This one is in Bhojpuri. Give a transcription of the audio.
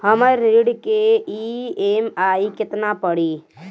हमर ऋण के ई.एम.आई केतना पड़ी?